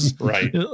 right